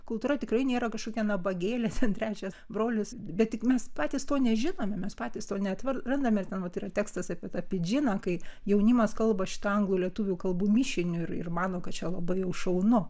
kultūra tikrai nėra kažkokia nabagėle ten trečias brolis bet tik mes patys to nežinome mes patys to neatrandame ir ten vot yra tekstas apie tą pidžiną kai jaunimas kalba šita anglų lietuvių kalbų mišiniu ir ir mano kad čia labai jau šaunu